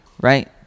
right